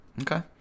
okay